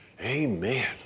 Amen